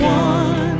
one